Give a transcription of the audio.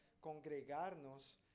congregarnos